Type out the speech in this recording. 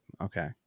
Okay